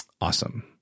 Awesome